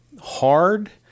hard